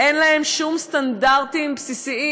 אין להם שום סטנדרטים בסיסיים,